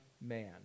man